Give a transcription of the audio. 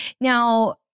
Now